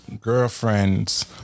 girlfriend's